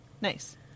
Nice